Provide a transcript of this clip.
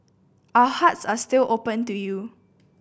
our hearts are still open to you